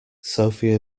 sophie